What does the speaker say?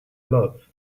love